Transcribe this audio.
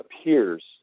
appears